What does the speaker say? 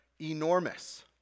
enormous